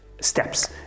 steps